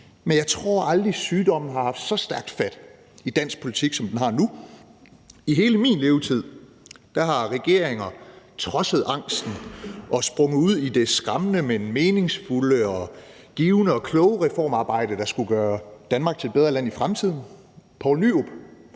men jeg tror aldrig, sygdommen har haft så stærkt fat i dansk politik, som den har nu. I hele min levetid har regeringer trodset angsten og er sprunget ud i det skræmmende, men meningsfulde, givende og kloge reformarbejde, der skulle gøre Danmark til et bedre land i fremtiden.